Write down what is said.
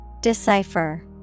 Decipher